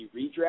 redraft